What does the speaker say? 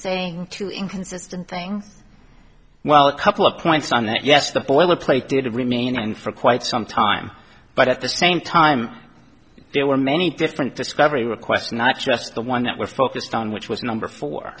saying too inconsistent things well a couple of points on that yes the boilerplate did remain on for quite some time but at the same time there were many different discovery requests not just the one that were focused on which was number fo